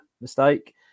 mistake